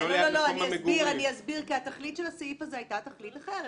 אני אסביר כי התכלית של הסעיף הזה הייתה תכלית אחרת.